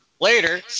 later